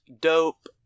dope